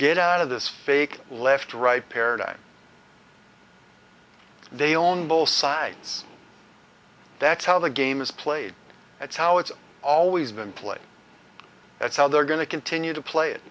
get out of this fake left right paradigm they own both sides that's how the game is played that's how it's always been played that's how they're going to continue to play it